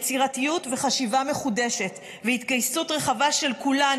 יצירתיות וחשיבה מחודשת והתגייסות רחבה של כולנו,